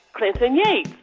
clinton yates.